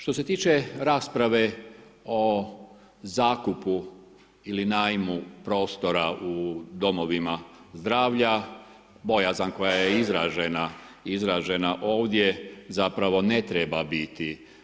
Što se tiče rasprave o zakupu ili najmu prostora u domovima zdravlja bojazan koja je izražena ovdje zapravo ne treba biti.